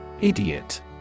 Idiot